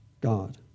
God